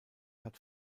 hat